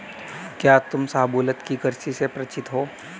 क्या तुम शाहबलूत की कृषि से परिचित हो?